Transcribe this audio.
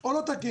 או לא תקין?